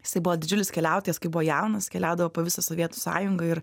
jisai buvo didžiulis keliautojas kai buvo jaunas keliaudavo po visą sovietų sąjungą ir